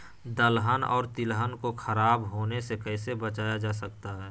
दलहन और तिलहन को खराब होने से कैसे बचाया जा सकता है?